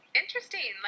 interesting